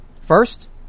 First